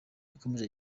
yakomeje